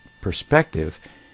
perspective